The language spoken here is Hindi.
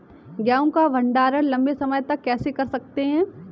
गेहूँ का भण्डारण लंबे समय तक कैसे कर सकते हैं?